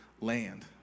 land